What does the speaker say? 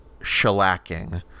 shellacking